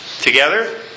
together